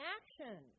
action